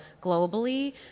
globally